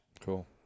Cool